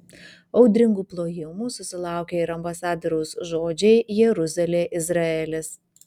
audringų plojimų susilaukė ir ambasadoriaus žodžiai jeruzalė izraelis